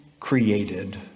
created